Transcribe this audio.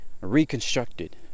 Reconstructed